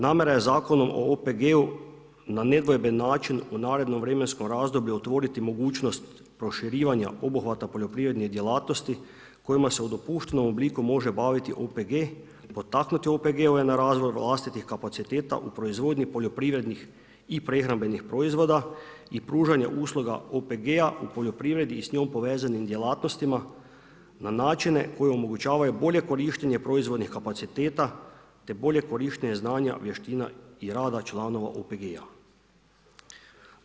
Namjera je Zakonom o OPG-u na nedvojben način u narednom vremenskom razdoblju otvoriti mogućnost proširivanja obuhvata poljoprivrednih djelatnosti kojima se u dopuštenom obliku može baviti OPG, potaknuti OPG-ove na razvoj vlastitih kapaciteta u proizvodnji poljoprivrednih i prehrambenih proizvoda i pružanje usluga OPG-a u poljoprivredi i s njom povezanim djelatnostima na načine koji omogućavaju bolje korištenje proizvodnih kapaciteta, te bolje korištenje znanja, vještina i rada članova OPG-a.